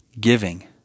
giving